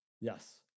yes